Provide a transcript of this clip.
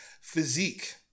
physique